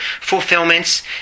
fulfillments